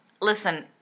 Listen